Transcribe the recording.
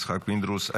יצחק פינדרוס,